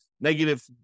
negative